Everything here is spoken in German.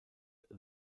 the